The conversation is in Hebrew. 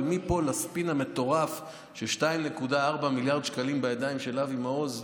אבל מפה לספין המטורף ש-2.4 מיליארד שקלים בידיים של אבי מעוז,